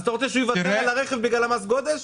אז אתה רוצה שהוא יוותר על הרכב בגלל מס גודש?